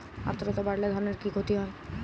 আদ্রর্তা বাড়লে ধানের কি ক্ষতি হয়?